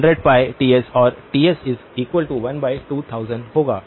तो यह 100π Ts और Ts12000 होगा